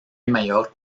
mayor